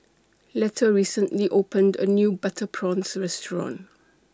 Letta recently opened A New Butter Prawns Restaurant